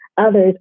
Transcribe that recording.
Others